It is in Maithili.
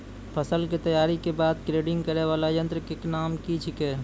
फसल के तैयारी के बाद ग्रेडिंग करै वाला यंत्र के नाम की छेकै?